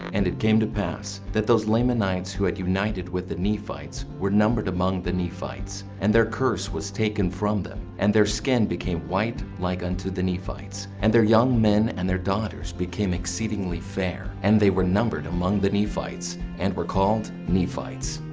and it came to pass that those lamanites who had united with the nephites were numbered among the nephites and their curse was taken from them, and their skin became white like unto the nephites and their young men and their daughters became exceedingly fair, and they were numbered among the nephites and were called nephites.